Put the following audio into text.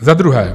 Za druhé.